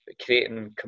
creating